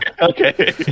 Okay